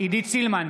עידית סילמן,